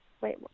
wait